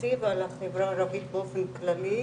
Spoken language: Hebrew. פרטי ועל החברה הערבית באופן כללי,